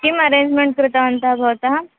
किम् अरेञ्ज्जमेण्ट् कृतवन्तः भवन्तः